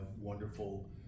wonderful